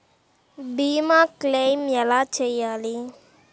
భీమ క్లెయిం ఎలా చేయాలి?